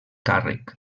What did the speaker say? càrrec